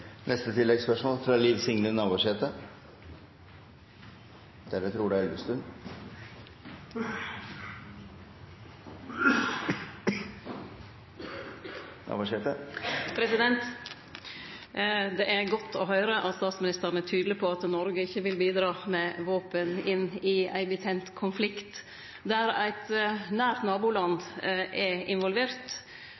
Liv Signe Navarsete – til oppfølgingsspørsmål. Det er godt å høyre at statsministeren er tydeleg på at Noreg ikkje vil bidra med våpen inn i ein betent konflikt, der eit nært naboland